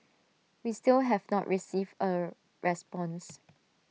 we still have not received A response